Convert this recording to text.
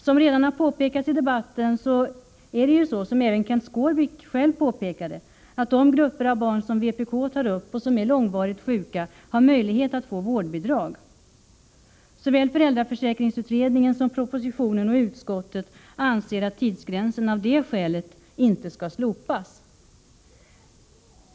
Såsom även har påpekats i debatten bl.a. av Kenth Skårvik, finns det möjlighet att få vårdbidrag för de grupper av barn som vpk pekar på och som är långvarigt sjuka. Såväl föräldraförsäkringsutredningen som propositionen och utskottet anser att tidsgränsen av det skälet inte skall slopas.